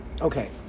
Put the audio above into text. Okay